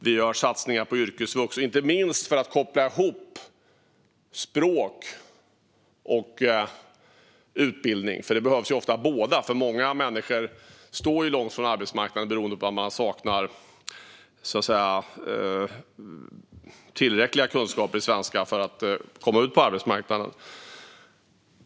Vi gör också satsningar på yrkesvux, inte minst för att koppla ihop språk och utbildning. Ofta behövs båda, för många människor står långt ifrån arbetsmarknaden beroende på att de saknar tillräckliga kunskaper i svenska för att komma ut på arbetsmarknaden.